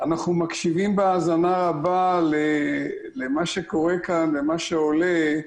אנחנו מקשיבים בהאזנה רבה למה שקורה כאן ומה שעולה.